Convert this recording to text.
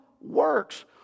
works